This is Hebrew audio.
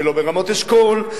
ולא ברמות-אשכול,